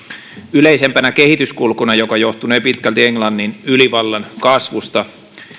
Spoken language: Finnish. yleisemmäksi kehityskuluksi joka johtunee pitkälti englannin ylivallan kasvusta